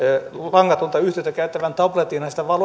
langatonta yhteyttä käyttävään tablettiin sitä